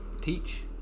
teach